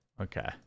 Okay